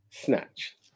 snatch